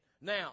Now